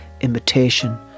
imitation